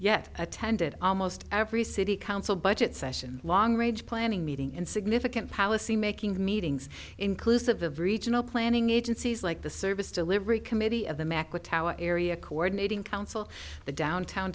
yet attended almost every city council budget session long range planning meeting and significant policy making the meetings inclusive of regional planning agencies like the service delivery committee of the macro tower area coordinating council the downtown